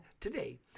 today